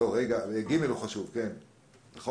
סעיף (ג) חשוב, נכון?